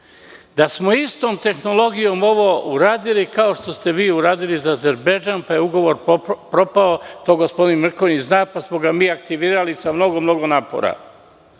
da smo istom tehnologijom ovo uradili kao što ste vi uradili za Azerbejdžan, pa je ugovor propao, to gospodin Mrkonjić zna, pa smo ga mi aktivirali sa mnogo napora.